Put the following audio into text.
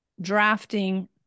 drafting